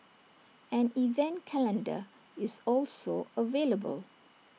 an event calendar is also available